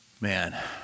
Man